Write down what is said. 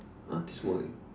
!huh! this morning